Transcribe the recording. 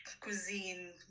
cuisine